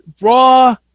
raw